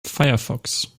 firefox